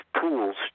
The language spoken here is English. tools